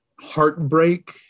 heartbreak